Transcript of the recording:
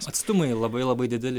atstumai labai labai dideli